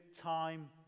time